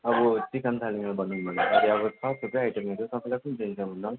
अब चिकन भनेर भन्दाखेरि छ थुप्रै आइटमहरू तपाईँलाई कुन चाहिन्छ भन्नुहोस्